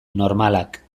normalak